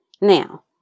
Now